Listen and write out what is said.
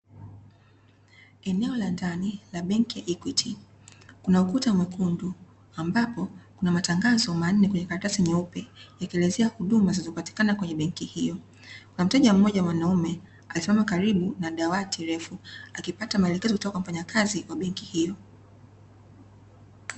Eneo la ndani la benki ya Equity kuna ukuta mwekundu ambapo kunamatangazo manne kwenye karatasi nyeupe ikielezea huduma zinazopatikana kwenye benki hiyo. Kuna mteja mmoja mwanaume amesimama karibu na dawati refu akipata maelekezo kutoka kwa mfanyakazi wa benki hiyo